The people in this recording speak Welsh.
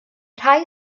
rhai